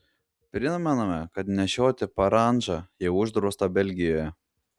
primename kad nešioti parandžą jau uždrausta belgijoje